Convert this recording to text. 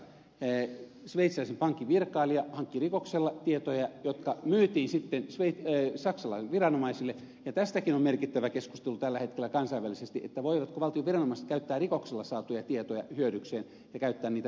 sveitsiläisen pankin virkailija hankki rikoksella tietoja jotka myytiin saksalaisille viranomaisille ja tästäkin on merkittävä keskustelu tällä hetkellä kansainvälisesti että voivatko valtion viranomaiset käyttää rikoksella saatuja tietoja hyödykseen ja käyttää niitä verottamisessa